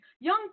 young